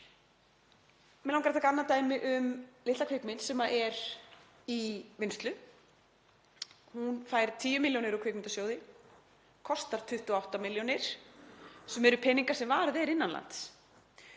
Mig langar að taka annað dæmi um litla kvikmynd sem er í vinnslu. Hún fær 10 milljónir úr Kvikmyndasjóði, kostar 28 milljónir sem eru peningar sem varið er innan lands.